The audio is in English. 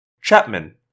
Chapman